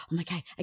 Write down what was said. okay